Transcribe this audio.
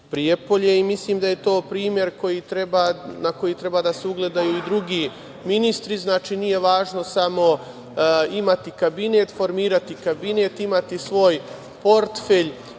Prijepolje i mislim da je to primer na koji treba da se ugledaju i drugi ministri. Znači, nije važno samo imati kabinet, formirati kabinet, imati svoj portfelj